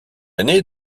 aîné